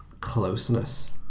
closeness